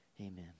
Amen